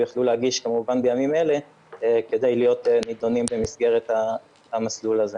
ויכלו להגיש בימים אלה כדי להיות נידונים במסגרת המסלול הזה.